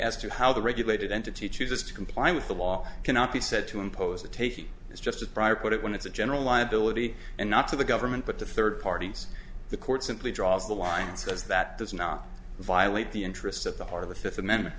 as to how the regulated entity chooses to comply with the law cannot be said to impose the taking is just of prior put it when it's a general liability and not to the government but to third parties the court simply draws the line and says that does not violate the interests of the heart of the fifth amendment